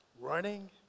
Running